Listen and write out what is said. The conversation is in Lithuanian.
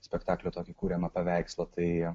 spektaklio tokį kuriamą paveikslą tai